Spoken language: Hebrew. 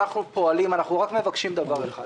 אנחנו מבקשים רק דבר אחד: